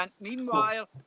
meanwhile